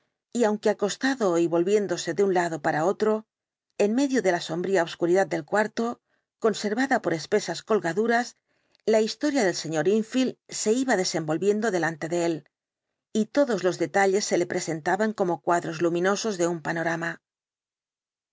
y aunque acostado y volviéndose de un lado para otro en medio de la sombría obscuridad del cuarto conservada por espesas colgaduras la historia del sr enfield se iba desenvolviendo delante de él y todos los detalles se le presentaban como cuadros luminosos de un panorama